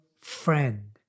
friend